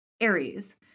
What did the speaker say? Aries